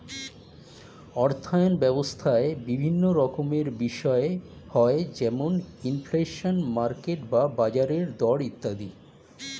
অর্থায়ন ব্যবস্থায় বিভিন্ন রকমের বিষয় হয় যেমন ইনফ্লেশন, মার্কেট বা বাজারের দর ইত্যাদি